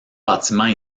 bâtiments